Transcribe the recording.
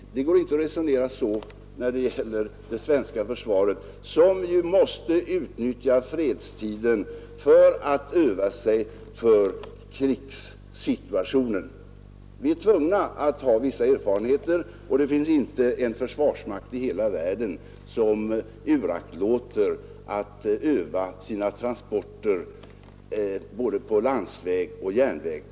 Men det går inte att resonera på det sättet när det gäller det svenska försvaret. Vi måste utnyttja fredstiden till att öva för krigssituationer. Vi måste skaffa oss vissa erfarenheter. Det finns inte en försvarsmakt i hela världen som underlåter att öva transporter både på landsväg och på järnväg.